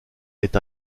est